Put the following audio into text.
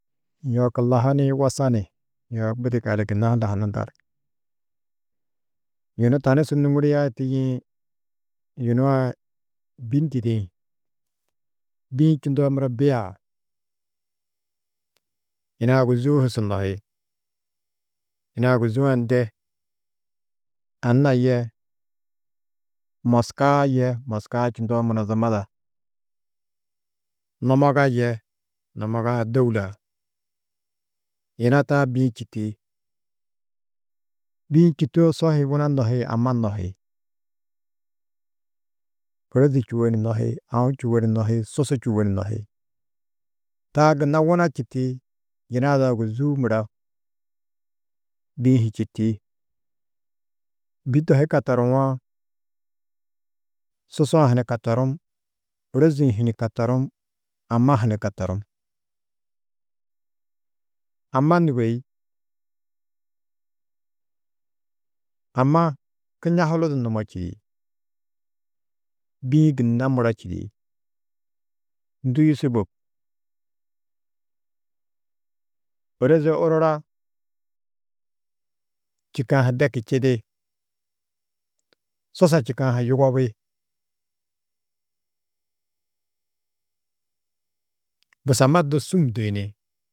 Kullaha ni wosani yoo budi gali gunna ha lahanundar. Yunu tani su nûŋguriadu tîyiĩ, yuna a bî ndîdi-ĩ, bî-ĩ čundoo muro bîa yina ôguzuu hu su layi. Yina ôguzuu-ã ndê? Anna yê moskaa yê (moskaa čundoo Munozumada) numoga yê (numagaa Dôulaa. Yina taa bî-ĩ čîti, bî-ĩ čîtoo sohi wuna nohi? Amma nohi, ôrozi čûwo ni nohi, aũ čûwo ni nohi, susu čûwo ni nohi, taa gunna wuna čîti? Yina ada ôguzuu mura bî-ĩ hi čîti, bî to hi katoruwo susu-ã ha ni katorum, ôrozi-ĩ hi ni katorum amma ha ni katorum. Amma nûgoi? Amma kinjahulu du numo čîdi, bî-ĩ gunna muro čîdi, ndûi sûbob,? Ôroze orora čîkã ha deki čidi, susa čîkã ha yugobi, busamma du sûm duyuni.